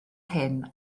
hyn